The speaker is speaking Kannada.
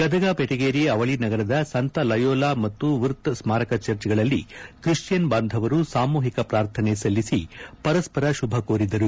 ಗದಗ ಬೆಟಗೇರಿ ಅವಳಿ ನಗರದ ಸಂತ ಲಯೋಲಾ ಮತ್ತು ವುರ್ಥ ಸ್ಮಾರಕ ಚರ್ಚ್ಗಳಲ್ಲಿ ಕ್ರಿಶ್ವಿಯನ್ ಬಾಂಧವರು ಸಾಮೂಹಿಕ ಪಾರ್ಥನೆ ಸಲ್ಲಿಸಿ ಪರಸ್ಪರ ಶುಭ ಕೋರಿದರು